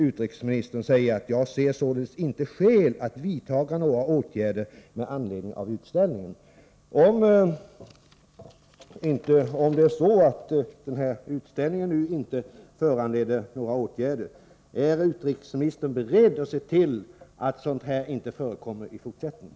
Utrikesministern sade till slut: ”Jag ser således inte skäl att vidta några åtgärder med anledning av utställningen.” Då blir min fråga: Om den här utställningen nu inte föranleder några åtgärder, är utrikesministern beredd att se till att sådant här inte förekommer i fortsättningen?